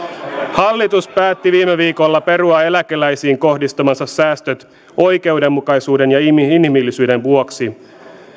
hallitus päätti viime viikolla perua eläkeläisiin kohdistamansa säästöt oikeudenmukaisuuden ja inhimillisyyden vuoksi